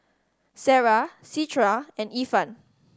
Sarah Citra and Irfan